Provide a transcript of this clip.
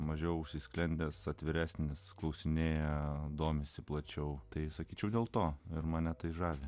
mažiau užsisklendęs atviresnis klausinėja domisi plačiau tai sakyčiau dėl to ir mane tai žavi